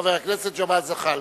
חבר הכנסת ג'מאל זחאלקה,